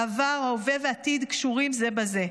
עבר, הווה ועתיד קשורים זה בזה.